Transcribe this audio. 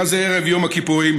היה זה ערב יום הכיפורים,